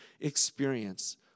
experience